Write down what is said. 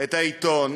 את העיתון